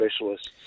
specialists